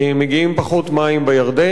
מגיעים פחות מים לירדן,